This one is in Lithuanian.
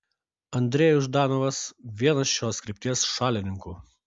andrejus ždanovas vienas iš šios krypties šalininkų